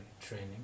training